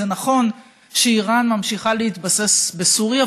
זה נכון שאיראן ממשיכה להתבסס בסוריה,